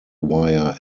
wire